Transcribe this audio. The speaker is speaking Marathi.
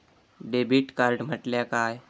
डेबिट कार्ड म्हटल्या काय?